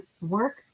work